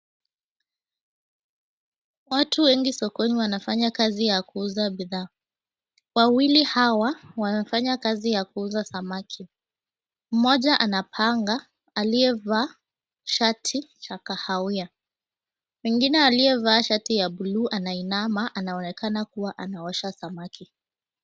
Watu wengi sokoni wanafanya kazi ya kuuza bidhaa wawili hawa wanafanya kazi ya kuuza samaki mmoja ana panga aliye valia shati ya kahawia mwengine aliyevaa na shati ya bluu anaima anaonekana kuosha samaki.